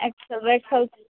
Excel ویٚکسَل